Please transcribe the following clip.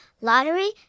lottery